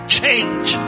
change